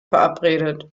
verabredet